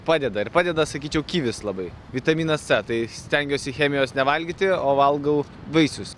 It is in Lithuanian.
padeda ir padeda sakyčiau kivis labai vitaminas c tai stengiuosi chemijos nevalgyti o valgau vaisius